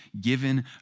given